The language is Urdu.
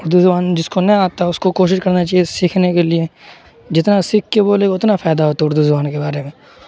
اردو زبان جس کو نہ آتا ہے اس کو کوشش کرنا چاہیے سیکھنے کے لیے جتنا سیکھ کے بولے اتنا فائدہ ہوتا ہے اردو زبان کے بارے میں